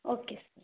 okay